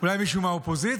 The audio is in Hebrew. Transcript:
אולי מישהו מהאופוזיציה?